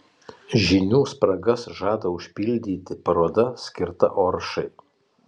žinių spragas žada užpildyti paroda skirta oršai